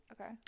Okay